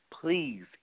Please